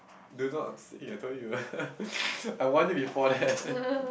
do not sing I told you I warn you before that